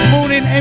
Morning